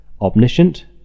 Omniscient